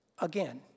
again